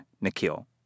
Nikhil